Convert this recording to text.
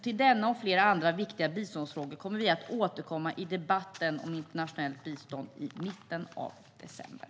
Till denna och flera andra viktiga biståndsfrågor kommer vi att återkomma i debatten om internationellt bistånd i mitten av december.